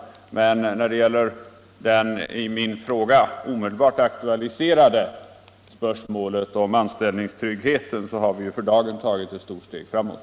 Men när det gäller det i min fråga omedelbart aktualiserade spörsmålet om anställningstryggheten har vi ju för dagen tagit ett stort steg framåt.